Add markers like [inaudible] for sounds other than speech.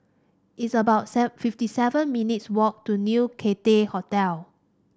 it's about [unintelligible] fifty seven minutes' walk to New Cathay Hotel